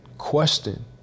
Question